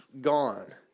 gone